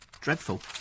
dreadful